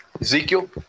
Ezekiel